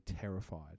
terrified